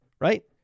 right